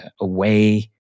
away